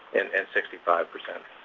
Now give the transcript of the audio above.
and and sixty five percent